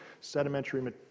sedimentary